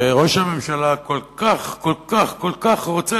וראש הממשלה כל כך כל כך כל כך רוצה